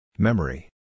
Memory